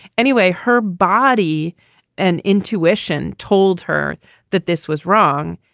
anyway, her body and intuition told her that this was wrong,